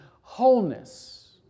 wholeness